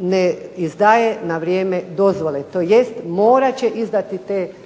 ne izdaje na vrijeme dozvole tj. morat će izdati te potrebne